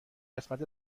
قسمت